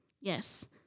Yes